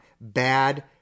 bad